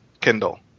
Kindle